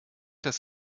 das